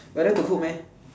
you like to cook meh